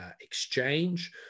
exchange